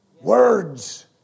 Words